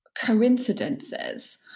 coincidences